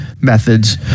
methods